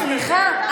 סליחה,